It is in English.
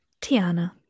Tiana